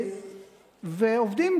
ועובדים,